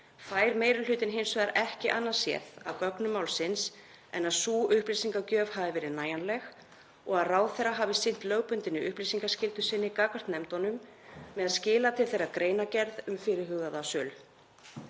fær meiri hlutinn hins vegar ekki annað séð af gögnum málsins en að sú upplýsingagjöf hafi verið nægjanleg og að ráðherra hafi sinnt lögbundinni upplýsingaskyldu sinni gagnvart nefndunum með því að skila til þeirra greinargerð um fyrirhugaða sölu.